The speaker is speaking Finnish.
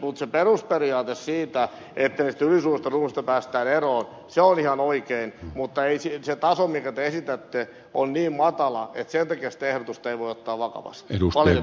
mutta se perusperiaate että niistä ylisuurista luvuista päästään eroon se on ihan oikein mutta se taso minkä te esitätte on niin matala että sen takia sitä ehdotusta ei voi ottaa vakavasti